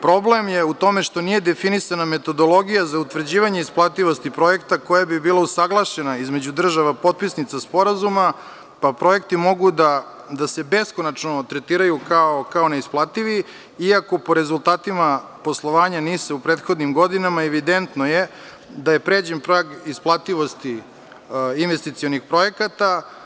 Problem je u tome što nije definisana metodologija za utvrđivanje isplativosti projekta koja bi bila usaglašena između država potpisnica sporazuma, pa projekti mogu da se beskonačno tretiraju kao neisplativi iako po rezultatima poslovanja NIS u prethodnim godinama je evidentno da je pređen prag ispaltivosti investicionih projekata.